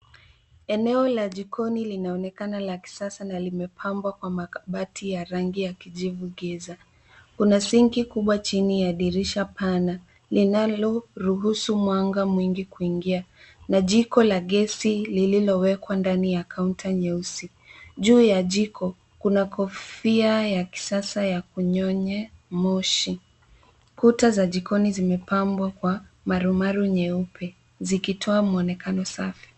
Eneo la jikoni linaonekana la kisasa na limepambwa kwa makabati ya rangi ya kijivu giza. Kuna sinki kubwa chini ya dirisha pana, linaloruhusu mwanga mwingi kuingia na jiko la gesi lililowekwa ndani ya kaunta nyeusi. Juu ya jiko, kuna kofia ya kisasa ya kunyonya moshi. Kuta za jikoni zimepambwa kwa marumaru nyeupe, zikitoa mwonekano safi.